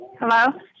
hello